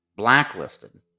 Blacklisted